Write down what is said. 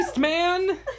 Man